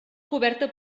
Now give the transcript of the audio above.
coberta